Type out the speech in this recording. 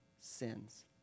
sins